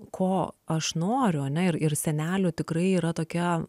ko aš noriu ane ir ir senelių tikrai yra tokia